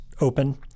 open